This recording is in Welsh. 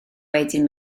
wedyn